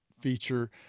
feature